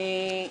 אתכם.